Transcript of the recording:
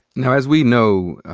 now, as we know,